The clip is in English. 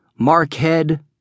Markhead